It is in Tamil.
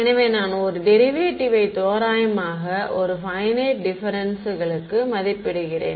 எனவே நான் ஒரு டெரிவேட்டிவ்வை தோராயமாக ஒரு பையனைட் டிப்பெரன்ஸ்களுக்கு மதிப்பிடுகிறேன்